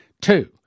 Two